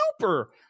super